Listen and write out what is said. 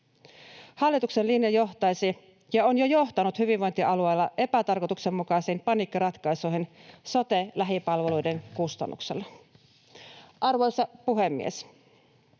Hallituksen linja johtaisi ja on jo johtanut hyvinvointialueilla epätarkoituksenmukaisiin paniikkiratkaisuihin sote-lähipalveluiden kustannuksella. Arvoisa puhemies!